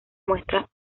muestra